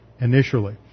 initially